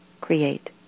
create